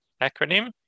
acronym